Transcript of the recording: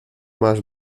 más